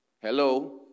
Hello